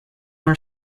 our